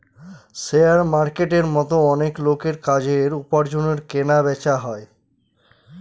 share মার্কেটের মতো অনেক লোকের কাজের, উপার্জনের কেনা বেচা হয়